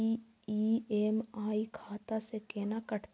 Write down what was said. EMI खाता से केना कटते?